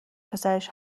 پسرش